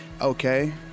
Okay